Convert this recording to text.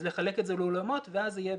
אז לחלק את זה לאולמות ואז זה יהיה